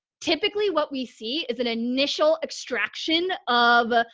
typically what we see is an initial extraction of um,